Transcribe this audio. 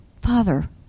Father